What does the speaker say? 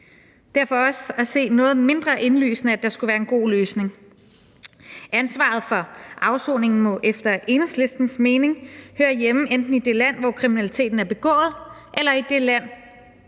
er for os at se noget mindre indlysende, at det skulle være en god løsning. Ansvaret for afsoningen må efter Enhedslistens mening høre hjemme enten i det land, hvor kriminaliteten er begået, eller i det land,